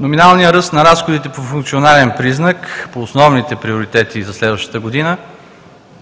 Номиналният ръст на разходите по функционален признак по основните приоритети за следващата година ¬–